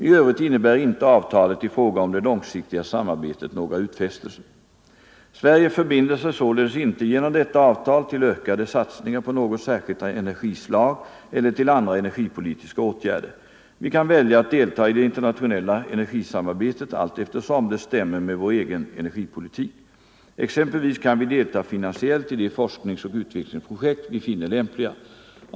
I övrigt innebär inte avtalet i fråga om det långsiktiga samarbetet några utfästelser. Sverige förbinder sig således inte genom detta avtal till ökade satsningar på något särskilt energislag eller till andra energipolitiska åtgärder. Vi kan välja att delta i det internationella energisamarbetet allteftersom det stämmer med vår egen energipolitik. Exempelvis kan vi delta finansiellt i de forskningsoch utvecklingsprojekt vi finner lämpliga.